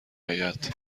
آید